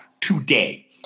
today